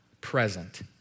present